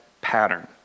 pattern